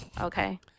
okay